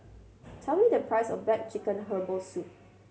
tell me the price of black chicken herbal soup